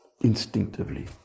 instinctively